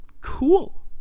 Cool